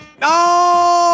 No